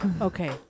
Okay